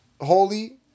holy